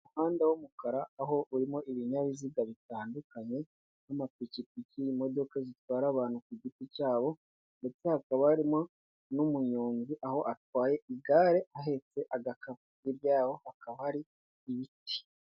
Umuhanda w'umukara aho urimo ibinyabiziga bitandukanye, nk'amapikipiki imodoka zitwara abantu ku giti cyabo ndetse hakaba harimo n'umunyonzi aho atwaye igare ahetse agakapu, hirya yaho hakaba hari ibiti.